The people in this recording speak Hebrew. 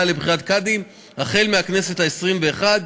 לבחירת קאדים החל בכנסת העשרים-ואחת,